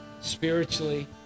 spiritually